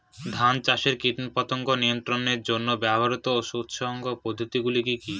ধান চাষে কীটপতঙ্গ নিয়ন্ত্রণের জন্য ব্যবহৃত সুসংহত পদ্ধতিগুলি কি কি?